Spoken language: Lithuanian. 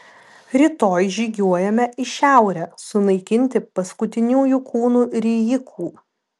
rytoj žygiuojame į šiaurę sunaikinti paskutiniųjų kūnų rijikų